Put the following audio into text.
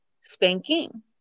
spanking